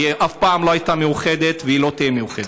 היא אף פעם לא הייתה מאוחדת, והיא לא תהיה מאוחדת.